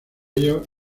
ellos